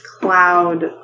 cloud